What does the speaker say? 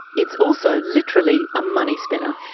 it's also literally a money-spinner.